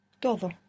Todo